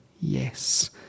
Yes